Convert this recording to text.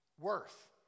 worth